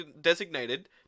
designated